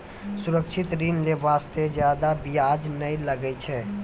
सुरक्षित ऋण लै बास्ते जादा बियाज नै लागै छै